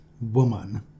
woman